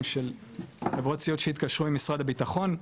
חברות סיעוד שהתקשרו עם משרד הביטחון,